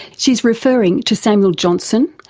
she's referring to samuel johnson,